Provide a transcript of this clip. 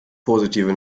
positive